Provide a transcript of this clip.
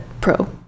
pro